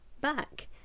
back